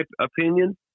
opinion